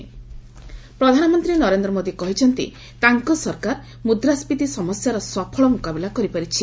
PM TN booth ପ୍ରଧାନମନ୍ତ୍ରୀ ନରେନ୍ଦ୍ର ମୋଦି କହିଛନ୍ତି ତାଙ୍କ ସରକାର ମୁଦ୍ରାସ୍କୀତି ସମସ୍ୟାର ସଫଳ ମୁକାବିଲା କରିପାରିଛି